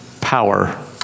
Power